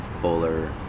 Fuller